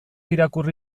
irakurri